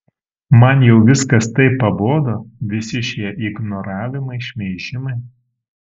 man jau viskas taip pabodo visi šie ignoravimai šmeižimai